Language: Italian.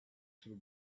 sul